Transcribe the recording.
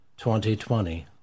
2020